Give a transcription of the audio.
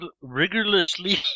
rigorously